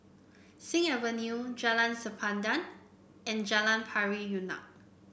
Sing Avenue Jalan Sempadan and Jalan Pari Unak